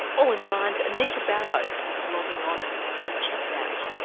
all in the mind's anita barraud is logging on to check it out.